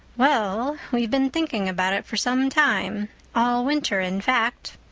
well, we've been thinking about it for some time all winter in fact,